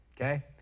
okay